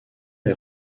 est